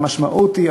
והמשמעות היא,